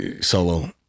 solo